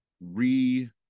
re